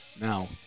Now